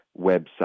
website